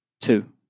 Two